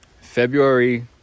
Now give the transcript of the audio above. February